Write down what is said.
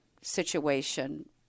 situation